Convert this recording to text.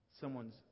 someone's